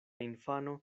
infano